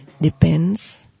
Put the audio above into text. depends